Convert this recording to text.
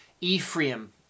Ephraim